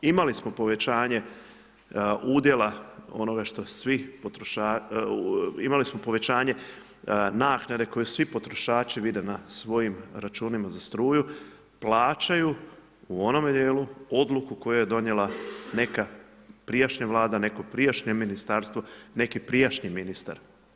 Imali smo povećanje udjela onoga što svi, imali smo povećanje naknade koje svi potrošači vide na svojim računima za struju, plaćaju u onome dijelu odluku koju je donijela neka prijašnja vlada, neko prijašnje ministarstvo, neki prijašnji ministar.